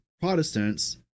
Protestants